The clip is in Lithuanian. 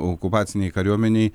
okupacinei kariuomenei